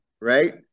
right